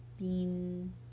Bean